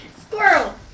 Squirrel